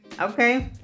okay